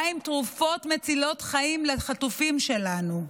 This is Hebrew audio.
מה עם תרופות מצילות חיים לחטופים שלנו?